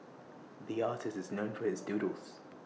the artist is known for his doodles